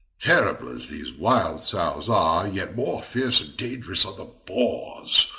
terrible as these wild sows are, yet more fierce and dangerous are the boars,